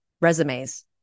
resumes